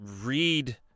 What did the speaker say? read